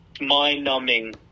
mind-numbing